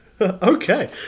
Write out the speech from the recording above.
Okay